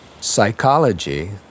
Psychology